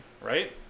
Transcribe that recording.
right